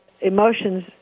emotions